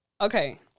Okay